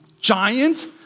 giant